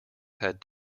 had